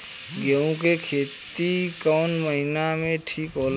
गेहूं के खेती कौन महीना में ठीक होला?